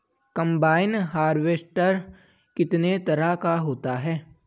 Combine harvester कितने तरह का होता है?